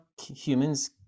humans